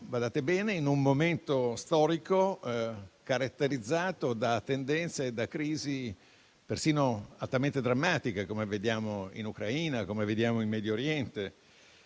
in un momento storico caratterizzato da tendenze, da crisi altamente drammatiche, come vediamo in Ucraina e in Medio Oriente;